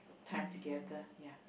time together ya